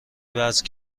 وزن